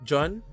John